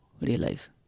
realize